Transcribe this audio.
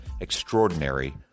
extraordinary